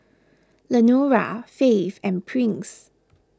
Lenora Faith and Prince